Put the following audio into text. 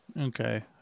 Okay